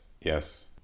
yes